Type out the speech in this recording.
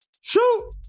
shoot